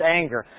anger